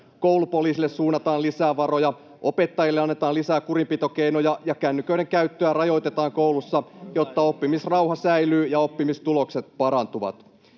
Koulupoliisille suunnataan lisää varoja. Opettajille annetaan lisää kurinpitokeinoja, ja kännyköiden käyttöä rajoitetaan koulussa, jotta oppimisrauha säilyy ja oppimistulokset parantuvat.